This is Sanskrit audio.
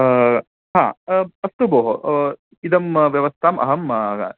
अस्तु भोः इदं व्यवस्थां अहम्